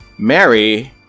Mary